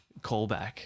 callback